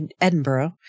Edinburgh